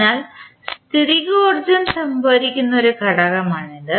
അതിനാൽ സ്ഥിതികോർജ്ജം സംഭരിക്കുന്ന ഒരു ഘടകമാണിത്